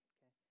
Okay